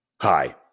Hi